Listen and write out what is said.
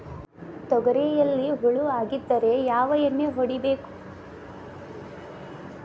ತೊಗರಿಯಲ್ಲಿ ಹುಳ ಆಗಿದ್ದರೆ ಯಾವ ಎಣ್ಣೆ ಹೊಡಿಬೇಕು?